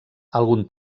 algun